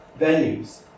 venues